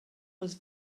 was